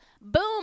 Boom